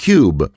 Cube